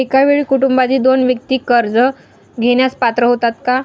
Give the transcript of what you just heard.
एका वेळी कुटुंबातील दोन व्यक्ती कर्ज घेण्यास पात्र होतात का?